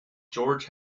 george